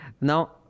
Now